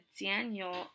Daniel